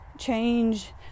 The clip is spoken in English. Change